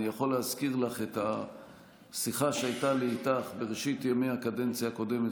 אני יכול להזכיר לך את השיחה שהייתה לי איתך בראשית ימי הקדנציה הקודמת,